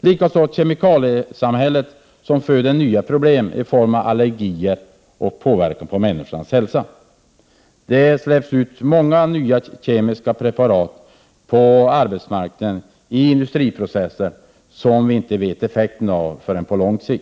Likaså måste vi se upp med kemikaliesamhället, som föder nya problem i form av allergier och påverkan på människans hälsa. I olika industriprocesser släpps det ut många nya kemiska preparat som vi inte vet effekten av förrän efter lång tid.